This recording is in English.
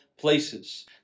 places